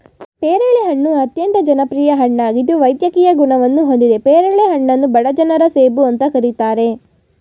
ಪೇರಳೆ ಹಣ್ಣು ಅತ್ಯಂತ ಜನಪ್ರಿಯ ಹಣ್ಣಾಗಿದ್ದು ವೈದ್ಯಕೀಯ ಗುಣವನ್ನು ಹೊಂದಿದೆ ಪೇರಳೆ ಹಣ್ಣನ್ನು ಬಡ ಜನರ ಸೇಬು ಅಂತ ಕರೀತಾರೆ